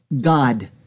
God